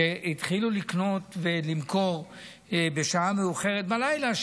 כשהתחילו לקנות ולמכור בשעה מאוחרת בלילה,